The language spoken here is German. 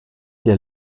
der